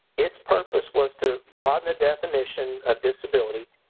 its purpose was to broaden the definition of disabilities.